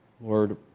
lord